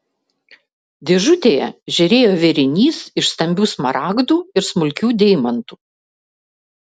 dėžutėje žėrėjo vėrinys iš stambių smaragdų ir smulkių deimantų